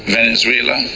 Venezuela